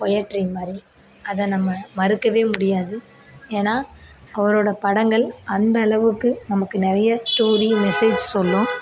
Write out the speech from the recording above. poetry மாதிரி அதை நம்ம மறுக்கவே முடியாது ஏன்னா அவுரோட படங்கள் அந்தளவுக்கு நமக்கு நிறைய ஸ்டோரி மெஸேஜ் சொல்லும்